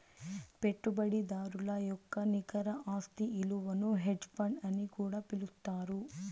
పెట్టుబడిదారుల యొక్క నికర ఆస్తి ఇలువను హెడ్జ్ ఫండ్ అని కూడా పిలుత్తారు